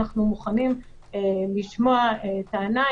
אנחנו מוכנים לשמוע טענה,